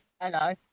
Hello